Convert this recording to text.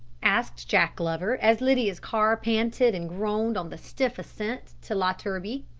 asked jack glover, as lydia's car panted and groaned on the stiff ascent to la turbie.